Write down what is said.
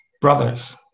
Brothers